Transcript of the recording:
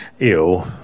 Ew